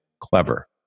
clever